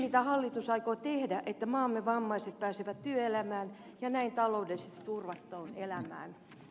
mitä hallitus aikoo tehdä että maamme vammaiset pääsevät työelämään ja näin taloudellisesti turvattuun elämään